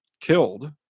killed